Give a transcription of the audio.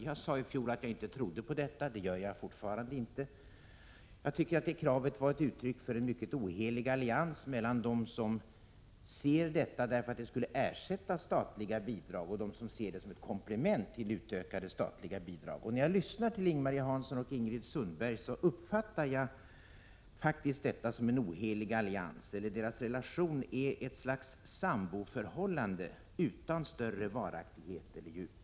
Jag sade i fjol att jag inte trodde på dem, och det gör jag inte heller nu. Jag tycker att det kravet var ett uttryck för en mycket ohelig allians mellan dem som ser detta som något som skulle ersätta de statliga bidragen och dem som ser detta som ett komplement till utökade statliga bidrag. När jag lyssnade till Ing-Marie Hansson och Ingrid Sundberg tyckte jag mig faktiskt uppfatta en ohelig allians — deras relation är som ett slags samboförhållande utan större varaktighet eller djup.